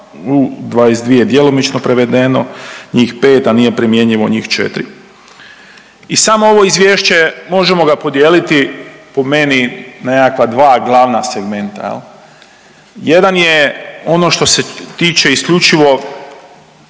22 djelomično provedeno, njih 5, a nije primjenjivo njih 4 i samo ovo Izvješće, možemo ga podijeliti po meni na nekakva 2 glavna segmenta, je li? Jedan je ono što se tiče isključivo